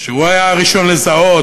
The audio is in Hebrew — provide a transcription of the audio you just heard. שהוא היה הראשון לזהות,